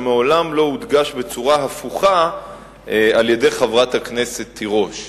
ומעולם לא הודגש בצורה הפוכה על-ידי חברת הכנסת תירוש.